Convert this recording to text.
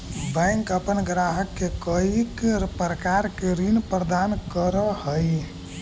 bank अपन ग्राहक के कईक प्रकार के ऋण प्रदान करऽ हइ